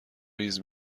ریز